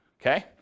okay